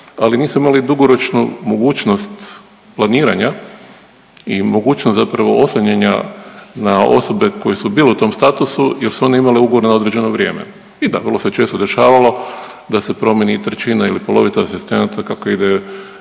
ali nisu imali dugoročnu mogućnost planiranja i mogućnost zapravo oslanjanja na osobe koje su bile u tom statusu jer su one imale ugovor na određeno vrijeme. I da, vrlo se često dešavalo da se promjeni trećina ili polovica asistenata kako ide taj